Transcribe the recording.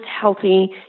healthy